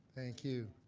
thank you.